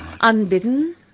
unbidden